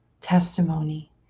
testimony